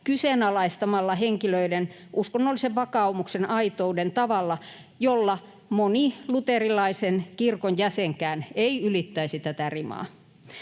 kyseenalaistamalla henkilöiden uskonnollisen vakaumuksen aitouden tavalla, jolla moni luterilaisen kirkon jäsenkään ei ylittäisi rimaa.